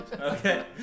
Okay